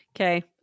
Okay